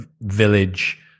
village